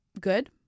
good